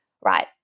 Right